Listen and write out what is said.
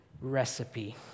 recipe